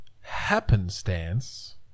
happenstance